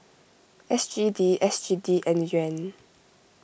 S G D S G D and Yuan